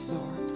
Lord